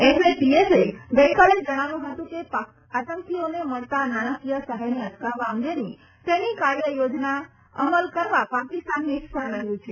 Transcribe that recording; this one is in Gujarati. એફએટીએફે ગઈકાલે જણાવ્યું હતું કે આતંકીઓને મળતા નાણાંકીય સહાયને અટકાવવા અંગેની તેની કાર્ય યોજના અમલ કરવા પાકિસ્તાન નિષ્ફળ રહયું છે